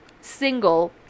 single